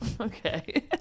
Okay